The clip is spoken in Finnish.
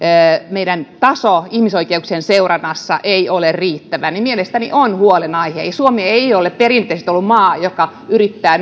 meidän tasomme ihmisoikeuksien seurannassa ei ole riittävä on mielestäni huolenaihe suomi ei ole perinteisesti ollut maa joka yrittää